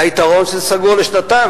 היתרון הוא שזה סגור לשנתיים,